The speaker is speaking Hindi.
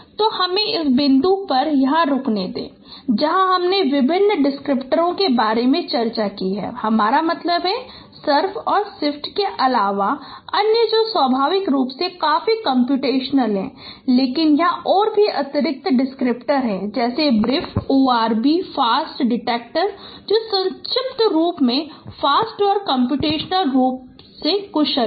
तो हमें इस बिंदु पर यहां रुकने दें जहां हमने विभिन्न डिस्क्रिप्टर के बारे में चर्चा की है हमारा मतलब है कि सर्फ और सिफ्ट के अलावा अन्य जो स्वाभाविक रूप से काफी कम्प्यूटेशनल हैं लेकिन यहाँ और भी अतिरिक्त डिस्क्रिप्टर हैं जैसे ब्रीफ ओरबी और फ़ास्ट डिटेक्टर जो संक्षिप्त रूप में फ़ास्ट हैं और वे कम्प्यूटेशनल रूप से कुशल हैं